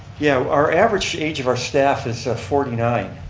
yeah our average age of our staff is forty nine.